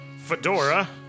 Fedora